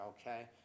okay